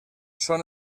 són